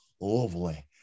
lovely